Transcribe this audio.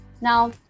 Now